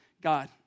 God